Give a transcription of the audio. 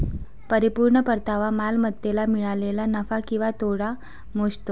परिपूर्ण परतावा मालमत्तेला मिळालेला नफा किंवा तोटा मोजतो